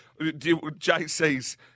JC's